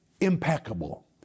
impeccable